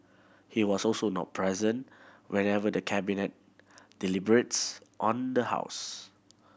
he was also not present whenever the Cabinet deliberates on the house